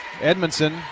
Edmondson